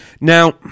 Now